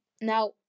Now